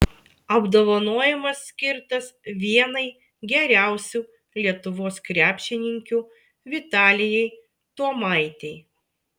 apdovanojimas skirtas vienai geriausių lietuvos krepšininkių vitalijai tuomaitei